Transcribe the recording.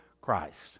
Christ